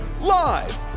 Live